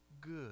Good